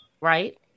right